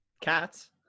Cats